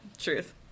Truth